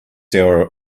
hour